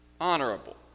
honorable